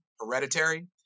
Hereditary